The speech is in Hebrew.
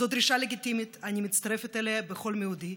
זו דרישה לגיטימית, ואני מצטרפת אליה בכל מאודי.